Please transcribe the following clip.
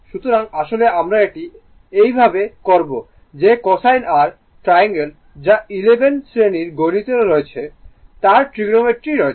সুতরাং আসলে আমরা এটি এভাবেই করব যে cosine r ট্রায়াঙ্গল যা 11 শ্রেণীর গণিতে রয়েছে তার ট্রিগোনোমেট্রি রয়েছে